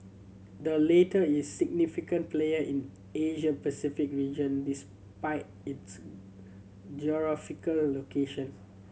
the latter is a significant player in Asia Pacific region despite its geographical location